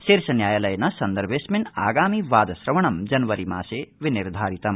शीर्ष न्यायालयेन सन्दर्भेऽस्मिन् आगामि वादश्रवणं जनवरी मासे निर्धारितम्